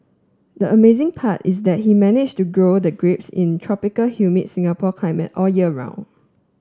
the amazing part is that he managed to grow the grapes in tropical humid Singapore climate all year round